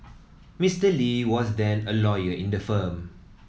Mister Lee was then a lawyer in the firm